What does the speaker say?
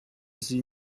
sie